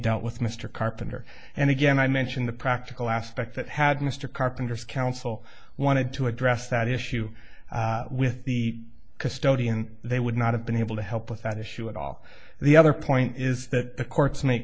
dealt with mr carpenter and again i mention the practical aspect that had mr carpenter's counsel wanted to address that issue with the custodian they would not have been able to help with that issue at all the other point is that courts ma